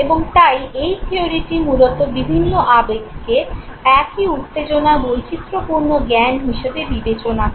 এবং তাই এই থিয়োরিটি মূলত বিভিন্ন আবেগকে একই উত্তেজনার বৈচিত্র্যপূর্ণ জ্ঞান হিসাবে বিবেচনা করে